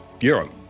Europe